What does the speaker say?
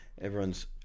everyone's